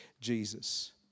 Jesus